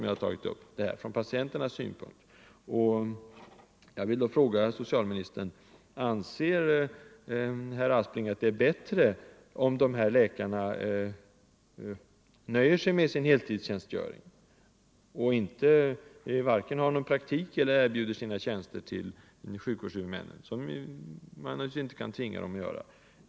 Jag vill då fråga socialministern: Anser herr Aspling att det är bättre om dessa läkare nöjer sig med sin heltidstjänstgöring och varken har någon praktik eller erbjuder sina tjänster till sjukvårdshuvudmännen, vilket man naturligtvis inte kan tvinga dem att göra?